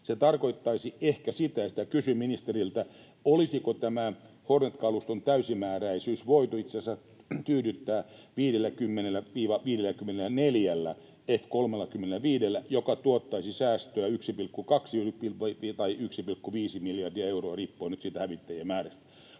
Se tarkoittaisi ehkä sitä — ja sitä kysyn ministeriltä — että tämä Hornet-kaluston täysimääräisyys olisi ehkä voitu itse asiassa tyydyttää 50—54 F-35:llä, mikä tuottaisi säästöä 1,2 tai 1,5 miljardia euroa riippuen nyt siitä hävittäjien määrästä.